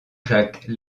jacques